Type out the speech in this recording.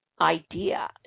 idea